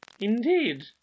Indeed